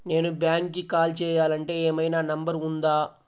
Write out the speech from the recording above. నేను బ్యాంక్కి కాల్ చేయాలంటే ఏమయినా నంబర్ ఉందా?